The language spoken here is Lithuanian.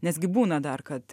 nes gi būna dar kad